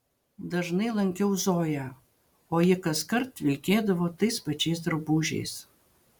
dažnai lankiau zoją o ji kaskart vilkėdavo tais pačiais drabužiais